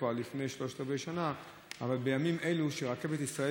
כבר לפני שלושת רבעי שנה, בימים אלו פורסם שרכבת ישראל